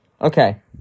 Okay